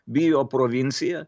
bijo provincija